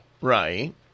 Right